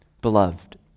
beloved